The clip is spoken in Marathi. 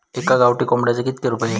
एका गावठी कोंबड्याचे कितके रुपये?